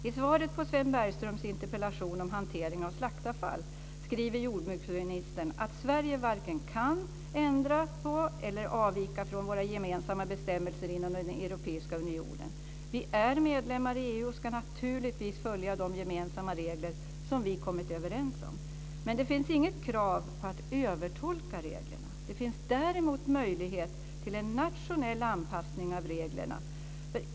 I svaret på Sven Bergströms interpellation om hantering av slaktavfall skriver jordbruksministern att Sverige varken kan ändra på eller avvika från våra gemensamma bestämmelser inom den europeiska unionen. Vi är medlemmar i EU och ska naturligtvis följa de gemensamma regler som vi kommit överens om. Men det finns inget krav på att övertolka reglerna. Det finns däremot möjlighet till en nationell anpassning av reglerna.